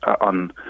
on